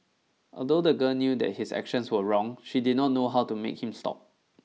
although the girl knew that his actions were wrong she did not know how to make him stop